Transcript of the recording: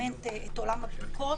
עולם הבדיקות.